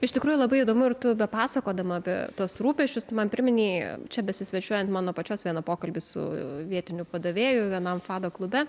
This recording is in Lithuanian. iš tikrųjų labai įdomu ir tu bepasakodama apie tuos rūpesčius tu man priminei čia besisvečiuojant mano pačios vieną pokalbį su vietiniu padavėju vienam fado klube